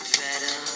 better